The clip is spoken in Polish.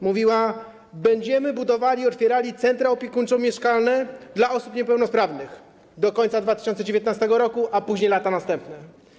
Mówiła: będziemy budowali, otwierali centra opiekuńczo-mieszkalne dla osób niepełnosprawnych do końca 2019 r., a później w latach następnych.